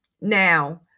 Now